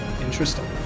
Interesting